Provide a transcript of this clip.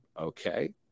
Okay